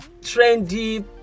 trendy